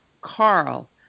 Carl